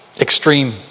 Extreme